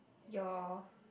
your